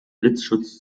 blitzschutz